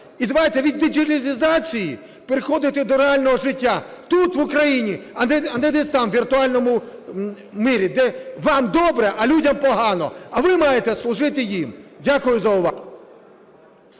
І давайте від діджиталізації переходити до реального життя тут, в Україні, а не десь там у віртуальному мирі, де вам добре, а людям погано. А ви маєте служити їм. Дякую за увагу.